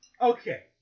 Okay